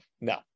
no